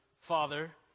Father